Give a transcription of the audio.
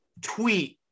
tweet